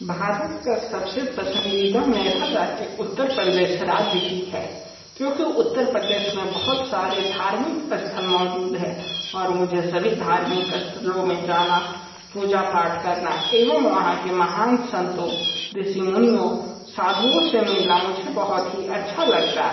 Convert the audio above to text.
भारत का सब से पसंदीदा मेरा राज्य उत्तर प्रदेश राज्य ही है क्योंकि उत्तर प्रदेस में बहुत सारे धार्मिक स्थल मौजूद है और मुझे सभी धार्मिक स्थलों में जाना पूजा पाठ करना एवं वहाँ के महान संतों और ऋषि मुनियों साधुओं से मिला मुझे बहुत ही अच्छा लगता